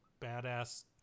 badass